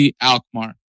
Alkmaar